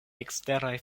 eksteraj